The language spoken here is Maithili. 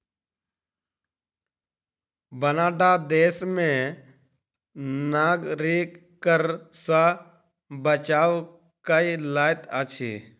कनाडा देश में नागरिक कर सॅ बचाव कय लैत अछि